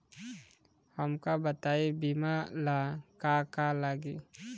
हमका बताई बीमा ला का का लागी?